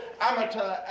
amateur